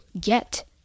get